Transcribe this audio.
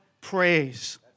praise